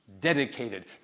dedicated